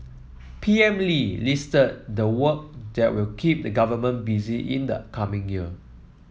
P M Lee listed the work that will keep the government busy in the coming year